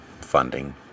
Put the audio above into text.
funding